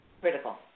critical